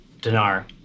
Dinar